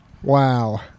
Wow